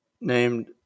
named